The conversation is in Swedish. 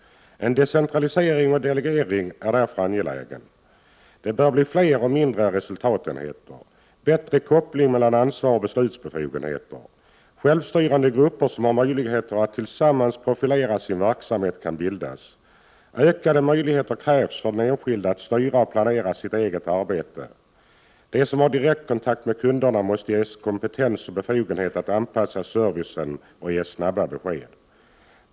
En decentralisering och delegering är därför angelägen. Det bör bli fler och mindre resultatenheter, bättre koppling mellan ansvar och beslutsbefogenheter. Självstyrande grupper som har möjlighet att tillsammans profilera sin verksamhet kan bildas. Ökade möjligheter krävs för den enskilde att styra och planera sitt eget arbete. De som har direktkontakt med kunderna måste ges kompetens och befogenheter att anpassa servicen och ge snabba besked.